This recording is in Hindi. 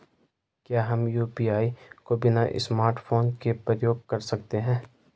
क्या हम यु.पी.आई को बिना स्मार्टफ़ोन के प्रयोग कर सकते हैं?